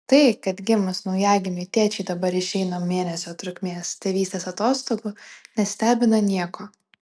tai kad gimus naujagimiui tėčiai dabar išeina mėnesio trukmės tėvystės atostogų nestebina nieko